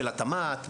של התמ"ת,